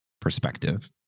perspective